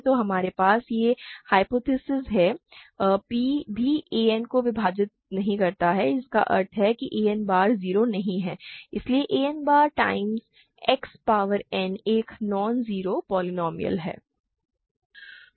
तो हमारे पास यह ह्य्पोथेसिस है और p भी a n को विभाजित नहीं करता है जिसका अर्थ है कि a n बार 0 नहीं है इसलिए a n बार टाइम्स X पावर n एक नॉन ज़ीरो पोलीनोमिअल है